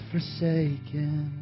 forsaken